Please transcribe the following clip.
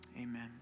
Amen